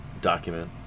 document